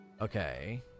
Okay